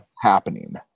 happening